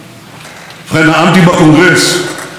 חשפתי את מחסן הגרעין הסודי של איראן.